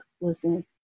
listen